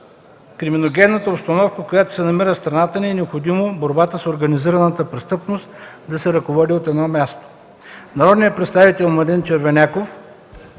криминогенната обстановка, в която се намира страната ни, е необходимо борбата с организираната престъпност да се ръководи от едно място. Народният представител Младен Червеняков